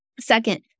Second